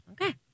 Okay